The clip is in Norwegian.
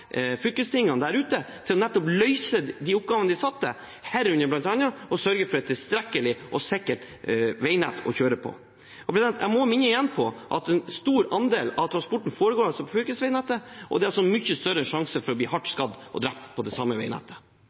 fylkestingene der ute til nettopp å løse de oppgavene de er satt til, herunder bl.a. å sørge for et tilstrekkelig og sikkert veinett å kjøre på. Jeg må igjen minne om at en stor andel av transporten foregår på fylkesveinettet, og det er mye større sjanse for å bli hardt skadd og drept på dette veinettet. Det